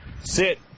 sit